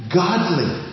godly